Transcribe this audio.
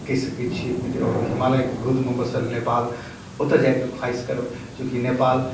कहि सकै छिए आओर हिमालयके गोदमे बसल नेपाल ओतऽ जाकऽ ख्वाहिश करब चूँकि नेपाल